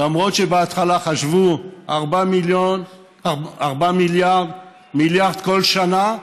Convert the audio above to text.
למרות שבהתחלה חשבו על 4 מיליארד, מיליארד כל שנה,